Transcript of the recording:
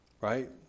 Right